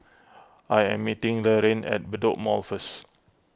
I am meeting Laraine at Bedok Mall first